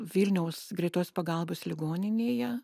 vilniaus greitos pagalbos ligoninėje